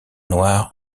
noire